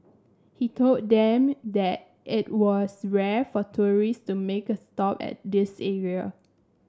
he told them that it was rare for tourist to make a stop at this area